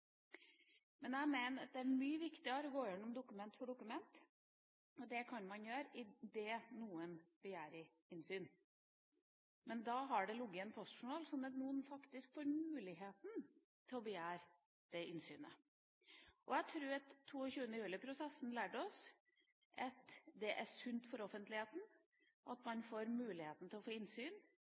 Jeg mener at det er mye viktigere å gå igjennom dokument for dokument. Det kan man gjøre idet noen begjærer innsyn. Men da har dokumentet ligget i en postjournal, sånn at noen faktisk får muligheten til å begjære det innsynet. Jeg tror at 22. juli-prosessen lærte oss at det er sunt for offentligheten at man får muligheten til å få innsyn,